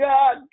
God